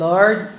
Lord